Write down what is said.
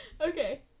Okay